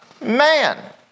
man